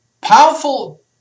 powerful